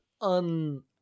un